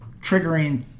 triggering